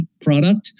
product